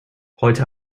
heute